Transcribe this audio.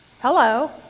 hello